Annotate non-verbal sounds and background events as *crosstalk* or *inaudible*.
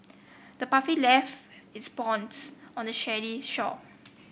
the puppy left its bones on the *unintelligible* shore